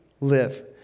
live